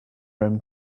him